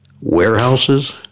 warehouses